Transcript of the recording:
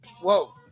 whoa